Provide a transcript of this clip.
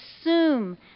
assume